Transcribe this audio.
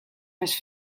més